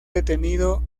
detenido